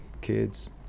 kids